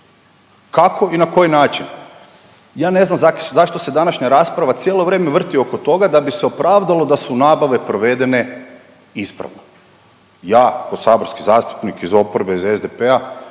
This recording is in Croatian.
Kako i na koji način? Ja ne znam zašto se današnja rasprava cijelo vrijeme vrti oko toga da bi se opravdalo da su nabave provedene ispravno? Ja kao saborski zastupnik iz oporbe iz SDP-a